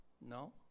No